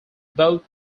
both